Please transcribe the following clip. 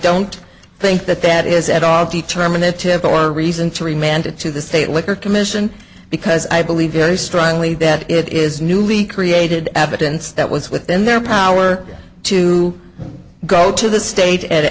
don't think that that is at all determinative or reason three manda to the state liquor commission because i believe very strongly that it is newly created evidence that was within their power to go to the state at